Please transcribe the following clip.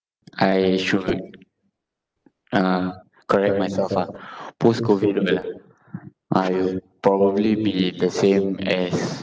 I should uh correct myself ah post COVID world ah I'll probably be the same as